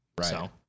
Right